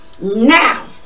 now